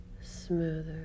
smoother